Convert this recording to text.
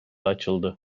açıldı